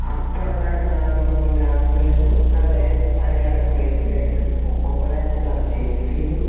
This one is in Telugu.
అప్పడి దాకా నార్మల్గా ఉండే ఆ ప్లేసు అది డైరెక్ట్ పర్యాటక ప్లేస్ తీరు అవుతుంది ఒకొక్కదు వచ్చి దాంట్లో సెల్ఫీలు